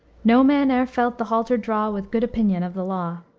no man e'er felt the halter draw with good opinion of the law.